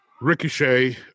Ricochet